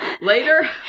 later